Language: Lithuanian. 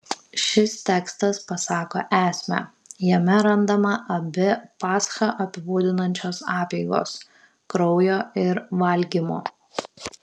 šis tekstas pasako esmę jame randama abi paschą apibūdinančios apeigos kraujo ir valgymo